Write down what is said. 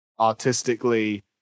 artistically